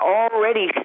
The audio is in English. already